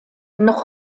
noch